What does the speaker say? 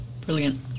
brilliant